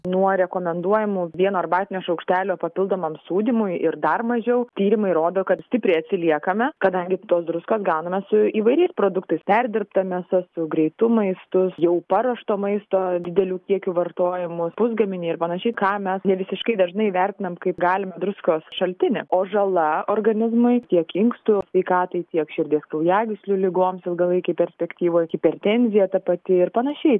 nuo rekomenduojamų vieno arbatinio šaukštelio papildomam sūdymui ir dar mažiau tyrimai rodo kad stipriai atsiliekame kadangi tos druskos gauname su įvairiais produktais perdirbta mėsa su greitu maistu jau paruošto maisto didelių kiekių vartojimu pusgaminiai ir panašiai ką mes nevisiškai dažnai vertinam kaip galimą druskos šaltinį o žala organizmui tiek inkstų sveikatai tiek širdies kraujagyslių ligoms ilgalaikėj perspektyvoj hipertenzija ta pati ir panašiai